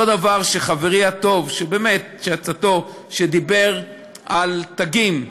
אותו דבר כשחברי הטוב, באמת, שדיבר על תגים,